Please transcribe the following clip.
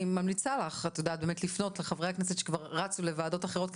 אני ממליצה לך באמת לפנות לחברי הכנסת שכבר רצו לוועדות אחרות,